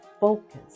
focus